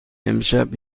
امشب